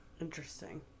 Interesting